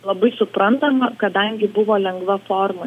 labai suprantama kadangi buvo lengva forma